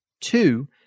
Two